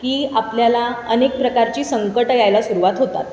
की आपल्याला अनेक प्रकारची संकटं यायला सुरुवात होतात